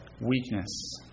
weakness